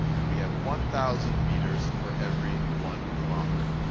and we have one thousand meters for every one kilometer.